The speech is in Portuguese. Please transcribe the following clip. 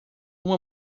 uma